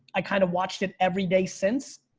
i kind of watched it every day since.